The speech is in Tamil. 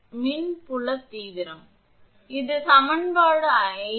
X vm இது சமன்பாடு 5